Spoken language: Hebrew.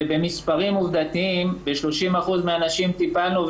ובמספרים עובדתיים ב-30% מהנשים טיפלנו.